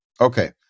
Okay